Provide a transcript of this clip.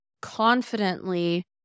confidently